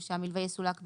או שהמילווה יסולק במלואו.